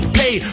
pay